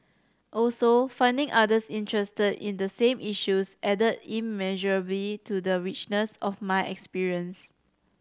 also finding others interested in the same issues added immeasurably to the richness of my experience